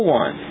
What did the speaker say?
one